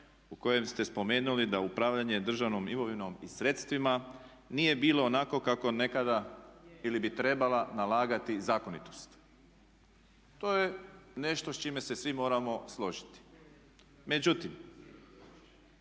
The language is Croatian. u kojem ste spomenuli da upravljanje državnom imovinom i sredstvima nije bilo onako kako nekada bi trebala nalagati zakonitost. To je nešto s čime se svi moramo složiti. Međutim,